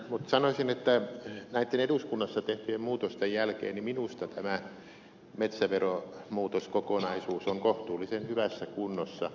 mutta sanoisin että näitten eduskunnassa tehtyjen muutosten jälkeen minusta tämä metsäveromuutoskokonaisuus on kohtuullisen hyvässä kunnossa